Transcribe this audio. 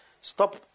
Stop